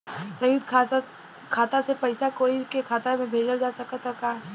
संयुक्त खाता से पयिसा कोई के खाता में भेजल जा सकत ह का?